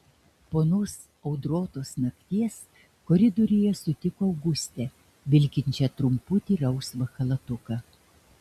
po anos audrotos nakties koridoriuje sutiko augustę vilkinčią trumputį rausvą chalatuką